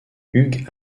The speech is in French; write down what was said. hugues